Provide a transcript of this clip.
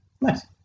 Nice